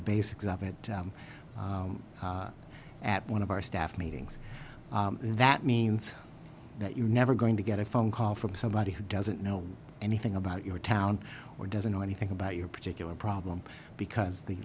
the basics of it at one of our staff meetings and that means that you're never going to get a phone call from somebody who doesn't know anything about your town or doesn't know anything about your particular problem because the